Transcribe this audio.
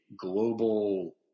global